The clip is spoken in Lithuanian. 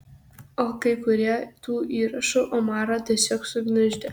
kai kurie tų įrašų omarą tiesiog sugniuždė